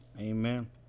Amen